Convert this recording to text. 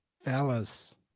fellas